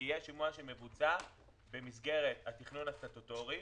כי יש שימוע שמבוצע במסגרת התכנון הסטטוטורי.